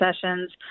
sessions